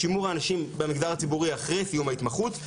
האנשים במגזר הציבורי אחרי סיום ההתמחות,